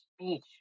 speech